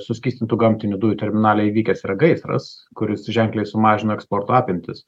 suskystintų gamtinių dujų terminale įvykęs gaisras kuris ženkliai sumažina eksporto apimtis